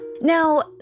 Now